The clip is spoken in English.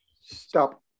Stop